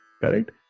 Correct